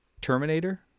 Terminator